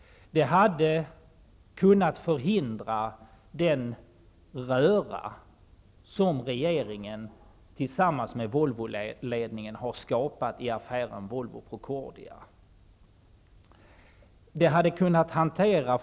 Det här hade kunnat förhindra den röra som regeringen tillsammans med Volvoledningen har skapat i affären Volvo--Procordia.